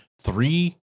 three